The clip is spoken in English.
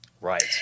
Right